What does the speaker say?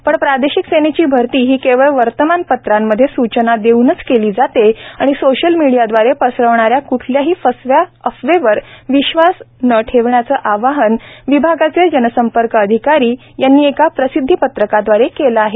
पण प्रादेशिक सेनेची भरती ही केवळ वर्तमानपत्रांमध्ये सूचना देऊनच केली जाते आणि सोशल मीडियादवारे पसरवणाऱ्या कुठल्याही फसव्या अफवावर विश्वास न ठेवण्याचे आवाहन संरक्षण विभागाचे जनसंपर्क अधिकारी यांनी एका प्रसिद्धी पत्रकादवारे केले आहे